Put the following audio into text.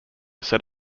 set